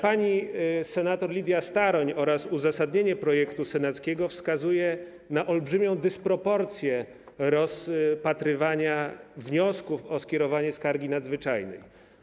Pani senator Lidia Staroń oraz autorzy uzasadnienia projektu senackiego wskazują na olbrzymią dysproporcję dotyczącą rozpatrywania wniosków o skierowanie skargi nadzwyczajnej.